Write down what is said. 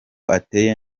ateye